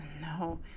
No